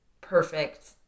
perfect